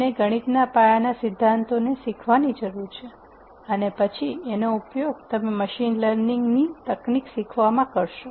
તમને ગણિતના પાયાના સિદ્ધાંતો શીખવાની જરૂર છે અને પછી એનો ઉપયોગ તમે મશીન મશીન લર્નિંગ તકનીક શીખવામાં કરશો